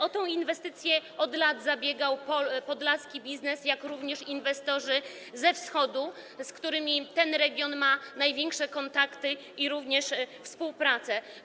O tę inwestycję od lat zabiegał podlaski biznes, jak również inwestorzy ze Wschodu, z którymi ten region ma największe kontakty i z którymi współpracuje.